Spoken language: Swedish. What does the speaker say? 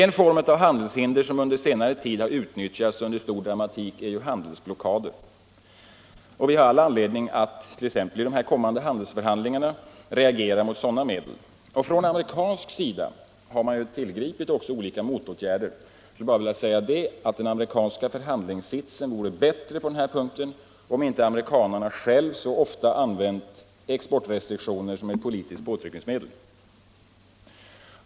En form av handelshinder som under senare tid utnyttjats under stor dramatik är handelsblockaden. Vi har all anledning att t.ex. i de kommande handelsförhandlingarna reagera mot sådana medel. Från amerikansk sida har man också tillgripit olika motåtgärder. Men den amerikanska förhandlingssitsen på den här punkten vore bättre om inte amerikanarna själva så ofta använt exportrestriktioner som ett politiskt påtryckningsmedel.